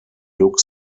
look